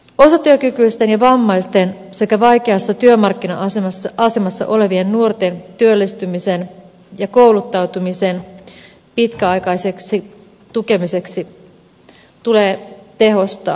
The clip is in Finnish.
osatyökykyisten ja vammaisten sekä vaikeassa työmarkkina asemassa olevien nuorten työllistymisen ja kouluttautumisen pitkäaikaista tukemista tulee tehostaa